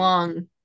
Long